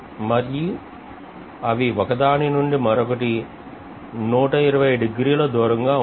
మరియు అవి ఒక దాని నుండి మరొకటి 120 డిగ్రీల దూరంగాఉంటాయి